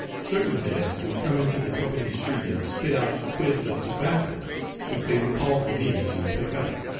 certain cadets would come into the company street and spit out quids of tobacco which they would call for me to pick up.